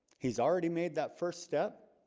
he's already made that first step,